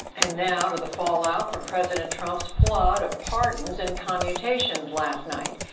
and now to the fallout from president trump's flood of pardons and commutations last night.